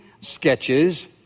sketches